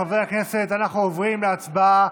חברי הכנסת, אנחנו עוברים להצבעה.